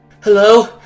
Hello